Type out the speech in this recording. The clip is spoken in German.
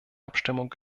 abstimmung